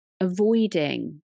Avoiding